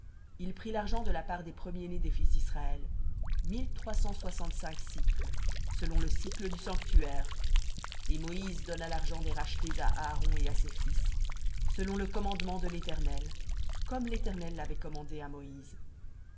il prit l'argent de la part des premiers-nés des fils d'israël mille trois cent soixante-cinq selon le sicle du sanctuaire et moïse donna l'argent des rachetés à aaron et à ses fils selon le commandement de l'éternel comme l'éternel l'avait commandé à moïse